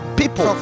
people